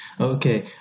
okay